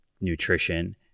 nutrition